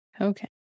Okay